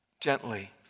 gently